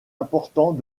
important